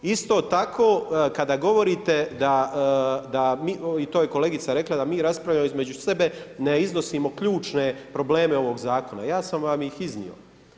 Isto tako kada govorite da i to je kolegica rekla da mi raspravljamo između sebe ne iznosimo ključne probleme ovog zakona, ja sam vam ih iznio.